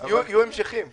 איזה סעיף אתה מדבר?